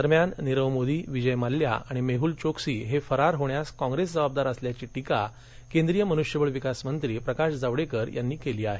दरम्यान नीख मोदी विजय मल्ल्या आणि मेहुल चोक्सी हे फरार होण्यासं काँप्रेस जबाबदार असल्याची टीका केंद्रीय मनुष्यबळ विकासमंत्री प्रकाश जावडेकर यांनी केली आहे